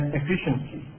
efficiency